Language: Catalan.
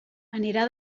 anirà